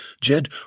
Jed